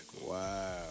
Wow